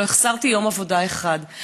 לא החסרתי יום עבודה אחד,